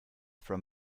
from